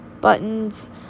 buttons